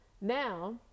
Now